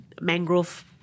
mangrove